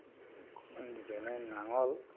যেনে নাঙল